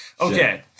okay